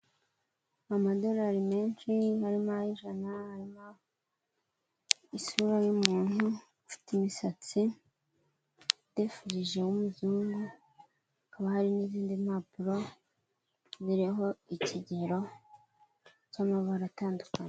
Amadolari menshi nka ma ijana harimo isura y'umuntu ufite imisatsi idefurije umuzungu hakaba hari n'izindi mpapuro biriho ikigero cy'amabara atandukanye.